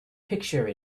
picture